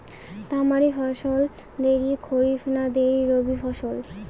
তামারি ফসল দেরী খরিফ না দেরী রবি ফসল?